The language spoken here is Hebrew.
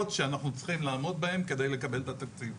שאנחנו צריכים לעמוד בהן כדי לקבל את התקציב.